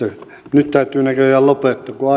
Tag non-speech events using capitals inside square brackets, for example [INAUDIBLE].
nyt täytyy näköjään lopettaa kun kun [UNINTELLIGIBLE]